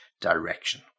direction